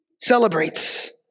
Celebrates